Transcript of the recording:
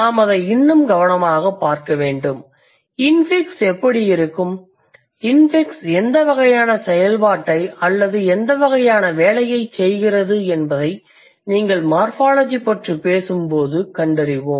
நாம் அதை இன்னும் கவனமாகப் பார்க்க வேண்டும் இன்ஃபிக்ஸ் எப்படி இருக்கும் இன்ஃபிக்ஸ் எந்த வகையான செயல்பாட்டை அல்லது எந்த வகையான வேலையைச் செய்கிறது என்பதை நீங்கள் மார்ஃபாலஜி பற்றி பேசும்போது கண்டறிவோம்